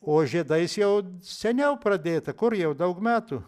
o žiedais jau seniau pradėta kur jau daug metų